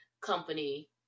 company